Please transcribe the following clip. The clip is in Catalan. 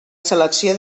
selecció